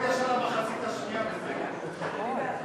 ישר למחצית השנייה, נכון.